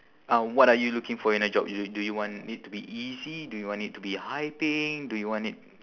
uh what are you looking for in a job y~ do you want it to be easy do you want it to be high paying do you want it